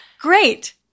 great